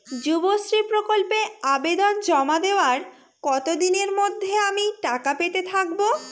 যুবশ্রী প্রকল্পে আবেদন জমা দেওয়ার কতদিনের মধ্যে আমি টাকা পেতে থাকব?